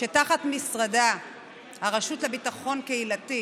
שתחת משרדה הרשות לביטחון קהילתי